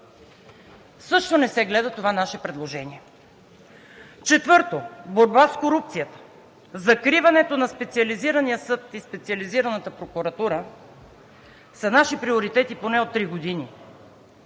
Също не се гледа това наше предложение. Четвърто, борба с корупцията. Закриването на Специализирания съд и Специализирана прокуратура са наши приоритети поне от три години.